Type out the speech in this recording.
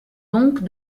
donc